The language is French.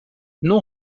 non